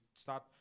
start